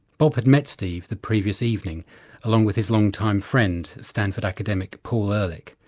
bob had met steve the previous evening along with his long-time friend, stanford academic paul ehrlich,